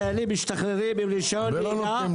קרוב ל-3,000 חיילים משתחררים עם רשיון נהיגה.